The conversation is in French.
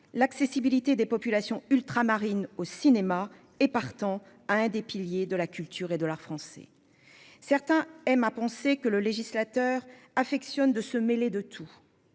l'accessibilité des populations ultramarines au cinéma et partant à un des piliers de la culture et de l'art français. Certains aiment à penser que le législateur affectionnent de se mêler de tout.